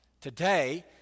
Today